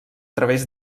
través